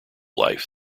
life